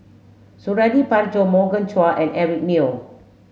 Suradi Parjo Morgan Chua and Eric Neo